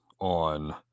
on